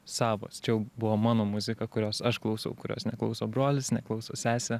savas čia jau buvo mano muzika kurios aš klausau kurios neklauso brolis neklauso sesė